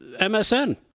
MSN